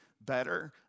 better